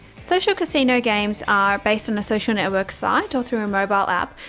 social casino games are based on a social network site or through a mobile app,